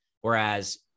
Whereas